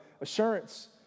assurance